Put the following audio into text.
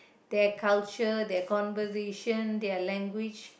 their culture their conversation their language